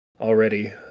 already